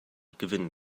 gewinnen